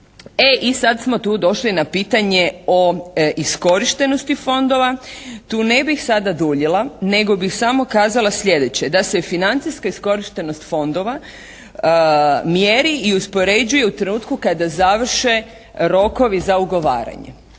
i sad smo tu došli na pitanje o iskorištenosti fondova. Tu ne bi sada duljila, nego bih samo kazala sljedeće, da se financijska iskorištenost fondova mjeri i uspoređuje u trenutku kada završe rokovi za ugovaranje.